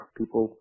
people